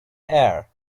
air